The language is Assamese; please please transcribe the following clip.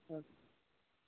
হয়